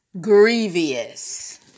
grievous